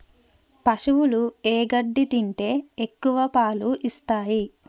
పశువులు ఏ గడ్డి తింటే ఎక్కువ పాలు ఇస్తాయి?